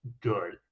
good